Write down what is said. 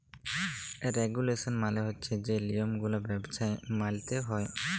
regulation মালে হছে যে লিয়মগুলা ব্যবছায় মাইলতে হ্যয়